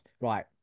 right